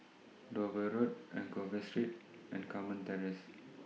Dover Road Anchorvale Street and Carmen Terrace